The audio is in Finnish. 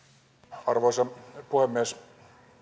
arvoisa puhemies tämä